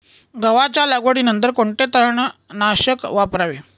गव्हाच्या लागवडीनंतर कोणते तणनाशक वापरावे?